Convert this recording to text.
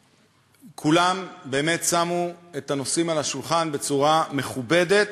כולם באמת שמו את הנושאים על השולחן בצורה מכובדת,